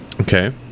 okay